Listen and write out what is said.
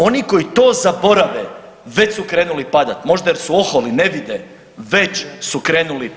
Oni koji to zaborave već su krenuli padati možda jer su oholi, ne vide, već su krenuli padati.